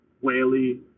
Whaley